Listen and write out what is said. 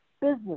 business